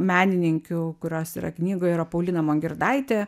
menininkių kurios yra knygoje yra paulina mongirdaitė